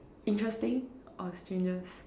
interesting or strangest